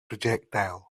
projectile